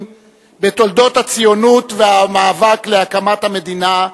בתולדות הציונות והמאבק להקמת המדינה,